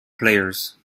players